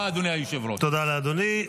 תודה לאדוני.